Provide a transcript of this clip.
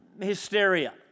hysteria